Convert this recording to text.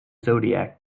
zodiac